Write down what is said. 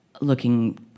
looking